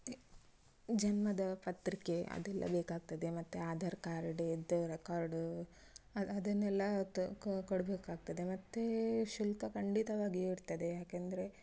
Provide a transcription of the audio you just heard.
ಜನ್ಮದ ಪತ್ರಿಕೆ ಅದೆಲ್ಲ ಬೇಕಾಗ್ತದೆ ಮತ್ತು ಆಧಾರ್ ಕಾರ್ಡ್ ಇದ್ದ ರೆಕಾರ್ಡು ಅದನ್ನೆಲ್ಲ ತೊ ಕೊಡಬೇಕಾಗ್ತದೆ ಮತ್ತು ಶುಲ್ಕ ಖಂಡಿತವಾಗಿಯೂ ಇರ್ತದೆ ಯಾಕೆಂದರೆ